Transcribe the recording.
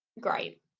great